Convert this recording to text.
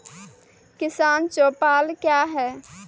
किसान चौपाल क्या हैं?